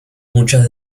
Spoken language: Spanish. muchas